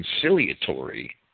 conciliatory